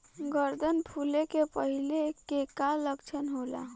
गर्दन फुले के पहिले के का लक्षण होला?